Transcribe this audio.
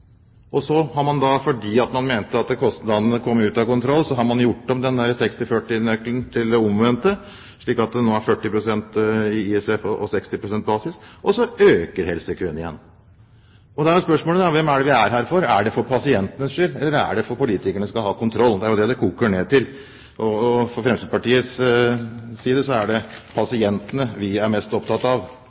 Fordi man mente at kostnadene kom ut av kontroll, har man gjort om den 60–40-nøkkelen til det omvendte, slik at det nå er 40 pst. ISF-andel og 60 pst. basisbevilgninger, og nå øker helsekøene igjen. Da er spørsmålet: Hvem er det vi er her for? Er det for pasientenes skyld eller er det for at politikerne skal ha kontroll? Det er dét det koker ned til. For Fremskrittspartiets del er det pasientene vi er mest opptatt av.